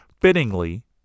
Fittingly